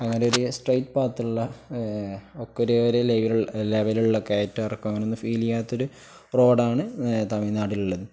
അങ്ങനെര് straight പാത്തുള്ള ഒക്കെര ഒര് ലെവ ലെവലുള്ള ക്യാറ്റർക്കും അങ്ങനെൊന്ന് ഫീലെയ്യാത്തൊരു റോഡാണ് തമിഴ്നാടിലള്ളത്